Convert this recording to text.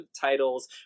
titles